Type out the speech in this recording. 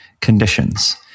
conditions